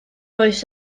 oes